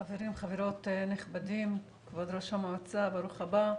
חברים, חברות נכבדים, כבוד ראש המועצה, ברוך הבא.